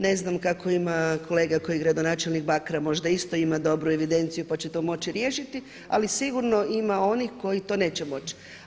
Ne znam kako ima kolega koji je gradonačelnik Bakra možda isto ima dobru evidenciju pa će to moći riješiti, ali sigurno ima onih koji to neće moć.